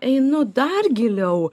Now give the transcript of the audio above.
einu dar giliau